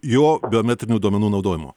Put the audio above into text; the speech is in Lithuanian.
jo biometrinių duomenų naudojimo